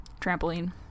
trampoline